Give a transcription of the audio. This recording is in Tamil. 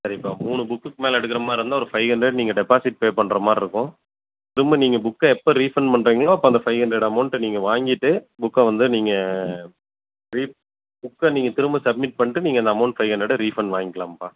சரிப்பா மூணு புக்குக்கு மேலே எடுக்கிற மாதிரி இருந்தால் நீங்கள் ஒரு ஃபைவ் ஹண்ட்ரட் டெபாசிட் பே பண்ணுற மாதிரி இருக்கும் திரும்ப நீங்கள் புக்கை எப்போது ரீஃபெண்ட் பண்ணுறிங்களோ அப்போ அந்த ஃபை ஹண்ட்ரட் அமௌண்ட் நீங்கள் வாங்கிட்டு புக்கை வந்து நீங்கள் ரீ புக்கை நீங்கள் திரும்ப சமிட் பண்ணிட்டு நீங்கள் அந்த அமௌண்ட் ஃபை ஹண்ட்ரடை ரீஃபெண்ட் வாங்கிகலாம்ப்பா